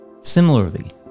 Similarly